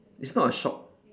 it's not a shop